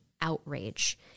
outrage